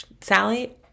Sally